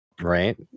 right